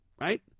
right